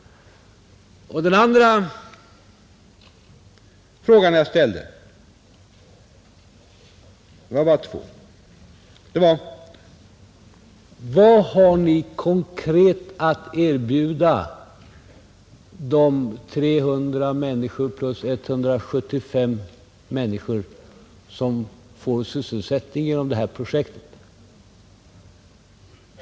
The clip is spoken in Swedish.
Den andra frågan som jag ställde — det var bara två — var: Vad har ni konkret att erbjuda de 300 plus 175 människor som skulle få sysselsättning genom det här projektet?